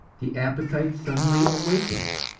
the appetite suddenly awakens.